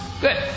good